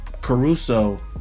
Caruso